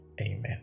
amen